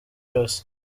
yose